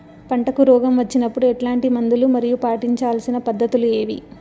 పంటకు రోగం వచ్చినప్పుడు ఎట్లాంటి మందులు మరియు పాటించాల్సిన పద్ధతులు ఏవి?